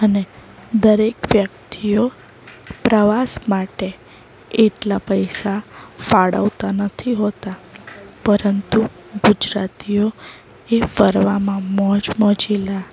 અને દરેક વ્યક્તિઓ પ્રવાસ માટે એટલા પૈસા ફાળવતા નથી હોતા પરંતુ ગુજરાતીઓ એ ફરવામાં મોજમોજીલા